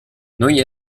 noi